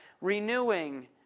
renewing